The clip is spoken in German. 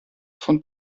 von